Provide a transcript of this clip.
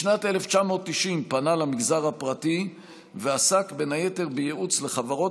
בשנת 1990 פנה למגזר הפרטי ועסק בין היתר בייעוץ לחברות